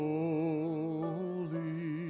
Holy